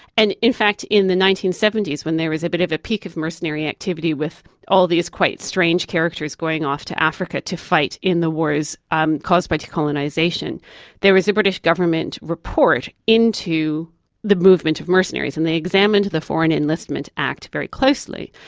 and in fact in the nineteen seventy s when there was a bit of a peak of mercenary activity with all these quite strange characters going off to africa to fight in the wars um caused by decolonisation there was a british government report into the movement of mercenaries, and they examined the foreign enlistment act very closely,